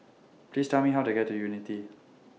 Please Tell Me How to get to Unity